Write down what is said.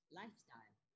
lifestyle